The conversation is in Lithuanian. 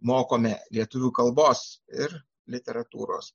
mokome lietuvių kalbos ir literatūros